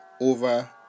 over